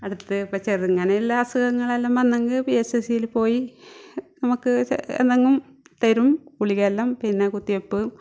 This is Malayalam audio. അടുത്ത് അപ്പം ചെറുങ്ങനെ ഇള്ള അസുഖങ്ങളെല്ലാം വന്നെങ്കിൽ പി എച് എസ്യിലു പോയി നമുക്ക് എന്നെങ്ങും തരും ഗുളികയെല്ലാം പിന്നെ കുത്തിവെപ്പ്